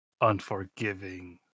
unforgiving